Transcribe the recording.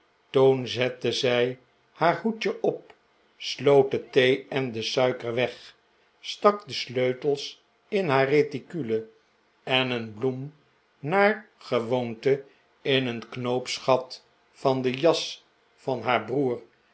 toen zette zij haar hoedje op sloot de thee en de suiker weg stak de sleutels in haar reticule en een bloem naar gewoonte in een knoopsgat van de jas van haar broer